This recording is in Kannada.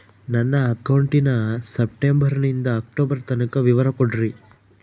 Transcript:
ನನ್ನ ಅಕೌಂಟಿನ ಸೆಪ್ಟೆಂಬರನಿಂದ ಅಕ್ಟೋಬರ್ ತನಕ ವಿವರ ಕೊಡ್ರಿ?